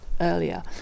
earlier